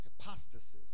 Hypostasis